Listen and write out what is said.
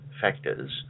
factors